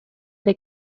they